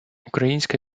українська